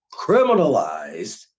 criminalized